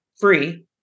free